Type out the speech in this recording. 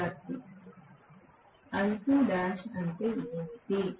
విద్యార్థి I2' అంటే ఏమిటి